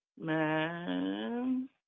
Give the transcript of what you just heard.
man